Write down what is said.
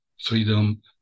freedom